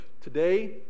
today